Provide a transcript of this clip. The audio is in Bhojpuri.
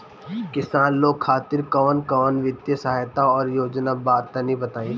किसान लोग खातिर कवन कवन वित्तीय सहायता और योजना बा तनि बताई?